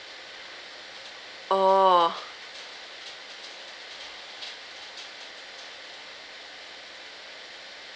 oh